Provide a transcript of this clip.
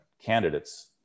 candidates